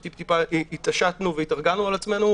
וטיפ טיפה התעשתנו והתארגנו על עצמנו,